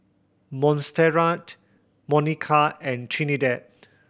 Montserrat Monika and Trinidad